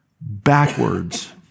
backwards